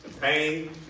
pain